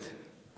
אתה בטלפון.